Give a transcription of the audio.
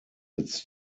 its